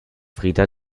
frida